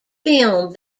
film